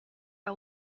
are